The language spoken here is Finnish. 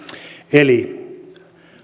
eli